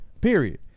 period